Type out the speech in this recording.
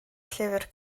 llyfr